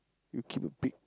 you keep a pig